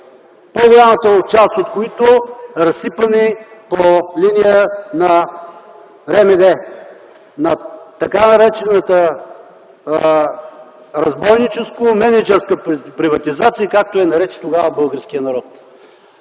по-голямата част от които разсипани по линия на РМД, на така наречената разбойническо-мениджърска приватизация, както я нарече тогава българският народ.